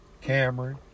Cameron